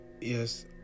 Yes